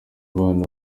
bana